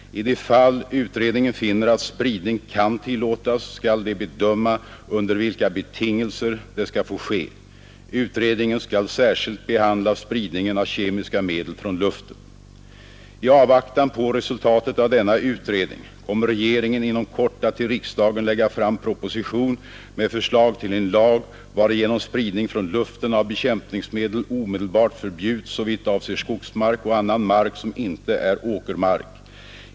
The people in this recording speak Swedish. I de fall utredningen finner att spridning kan tillåtas skall den bedöma under vilka betingelser det skall få ske. Utredningen skall särskilt behandla spridningen av kemiska medel från luften. I avvaktan på resultatet av denna utredning kommer regeringen inom kort att till riksdagen lägga fram proposition med förslag till en lag, varigenom spridning från luften av bekämpningsmedel omedelbart förbjuds såvitt avser skogsmark och annan mark som inte är åkermark.